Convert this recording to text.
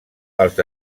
els